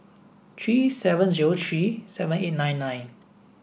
three seven zero three seven eight nine nine